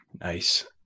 Nice